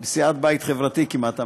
"סיעת הבית החברתי" כמעט אמרתי,